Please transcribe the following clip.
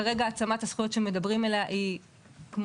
כרגע העצמת הזכויות שמדברים עליה היא כמו